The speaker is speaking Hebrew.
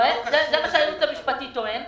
זה מה שהייעוץ המשפטי טוען.